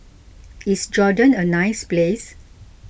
is Jordan a nice place